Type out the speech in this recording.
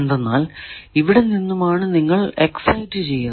എന്തെന്നാൽ ഇവിടെ നിന്നുമാണ് നിങ്ങൾ എക്സൈറ്റ് ചെയ്യുന്നത്